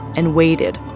and waited,